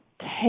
take